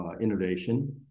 innovation